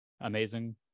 amazing